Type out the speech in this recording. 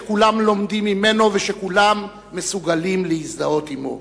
שכולם לומדים ממנו וכולם מסוגלים להזדהות עמו.